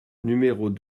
numéros